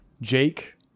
Jake